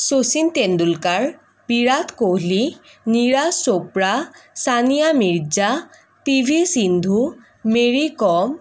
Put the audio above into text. Sachin Tendulkar Virat Kohli Neeraj Chopra Sania Mirza P V Sindhu Mary com